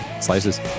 Slices